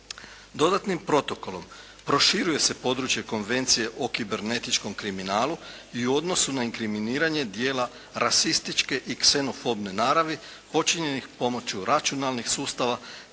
Dodatnim protokolom proširuje se područje Konvencije o kibernetičkom kriminalu, i u odnosu na inkriminiranje dijela rasističke i ksenofobne naravi počinjenih pomoću računalnih sustava te mu